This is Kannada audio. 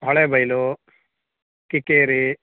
ಹೊಳೆಬೈಲು ಕಿಕ್ಕೇರಿ